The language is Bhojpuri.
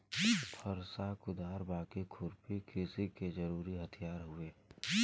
फरसा, कुदार, बाकी, खुरपी कृषि के जरुरी हथियार हउवे